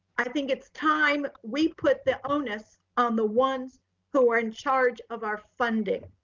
i think it's time. we put the onus on the ones who are in charge of our funding.